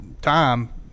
time